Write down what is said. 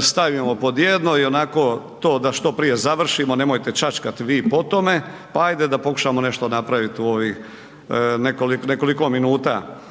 stavimo pod jedno i onako to da što prije završimo, nemojte čačkati vi po tome, pa ajde da pokušamo nešto napraviti u ovih nekoliko minuta.